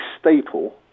staple